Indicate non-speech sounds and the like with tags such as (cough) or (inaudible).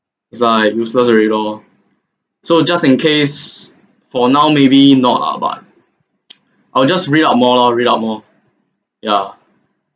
it's like useless already loh so just in case for now maybe not ah but (noise) I will just read up more lor read up more yeah